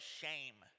shame